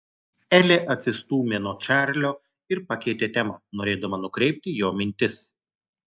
elė atsistūmė nuo čarlio ir pakeitė temą norėdama nukreipti jo mintis